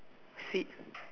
seat